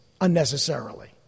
unnecessarily